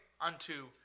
unto